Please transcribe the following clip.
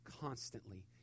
constantly